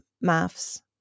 Maths